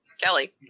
Kelly